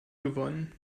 gewonnen